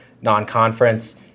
non-conference